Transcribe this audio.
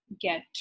get